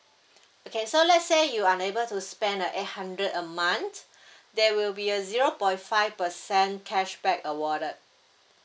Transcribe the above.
okay so let's say you unable to spend a eight hundred a month there will be a zero point five percent cashback awarded